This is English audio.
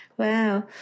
Wow